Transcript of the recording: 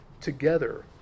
together